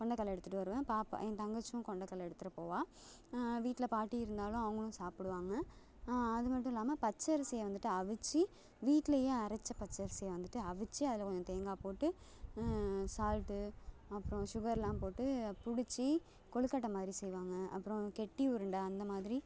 கொண்டக்கடலை எடுத்துகிட்டு வருவேன் பாப்பா என் தங்கச்சியும் கொண்டக்கடலை எடுத்துகிட்டு போவாள் வீட்டில் பாட்டி இருந்தாலும் அவங்களும் சாப்பிடுவாங்க அது மட்டும் இல்லாமல் பச்சரிசியை வந்துட்டு அவித்து வீட்லேயே அரைத்த பச்சரிசியை வந்துட்டு அவித்து அதில் கொஞ்சம் தேங்காய் போட்டு சால்ட்டு அப்புறம் சுகர் எல்லாம் போட்டு பிடிச்சி கொழுக்கட்டை மாதிரி செய்வாங்க அப்புறம் கெட்டி உருண்டை அந்த மாதிரி